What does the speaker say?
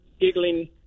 giggling